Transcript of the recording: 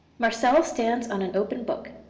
marcel stands on an open book.